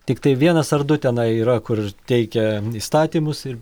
tiktai vienas ar du tenai yra kur teikia įstatymus ir